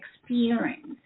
experience